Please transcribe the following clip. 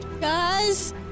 Guys